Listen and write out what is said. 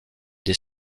des